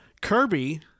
kirby